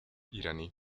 iraní